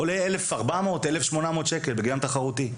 עולה 1,400, 1,800 שקלים, בגד ים תחרותי,